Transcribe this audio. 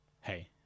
hey